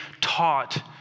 taught